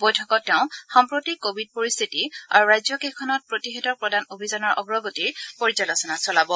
বৈঠকত তেওঁ সাম্প্ৰতিক ক'ভিড পৰিস্থিতি আৰু ৰাজ্যকেইখনত প্ৰতিষেধক প্ৰদান অভিযানৰ অগ্ৰগতিৰ পৰ্যালোচনা চলাব